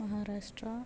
Maharashtra